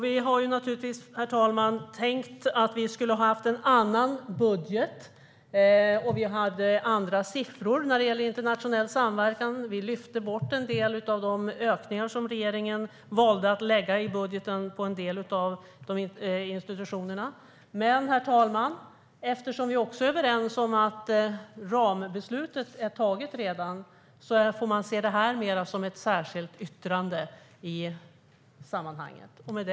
Vi hade velat ha en annan budget och vi hade andra siffror när det gällde internationell samverkan. Vi lyfte bort en del av de ökningar i budgeten som regeringen valde att lägga på en del av institutionerna. Herr talman! Rambeslutet är ju redan fattat så därför får man se det här mer som ett särskilt yttrande.